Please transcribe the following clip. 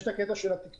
יש את הקטע של התקצוב,